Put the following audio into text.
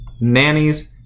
nannies